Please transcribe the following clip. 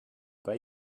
pas